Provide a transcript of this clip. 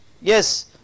Yes